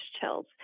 chills